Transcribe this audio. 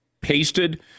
pasted